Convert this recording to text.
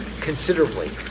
considerably